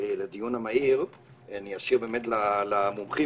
לדיון המהיר אני אשאיר למומחים,